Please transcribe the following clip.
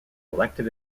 elected